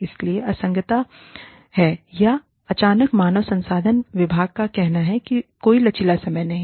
इसलिए असंगतता है या अचानक मानव संसाधन विभाग का कहना है कि कोई लचीला समय नहीं है